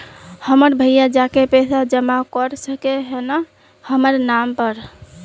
हमर भैया जाके पैसा जमा कर सके है न हमर नाम पर?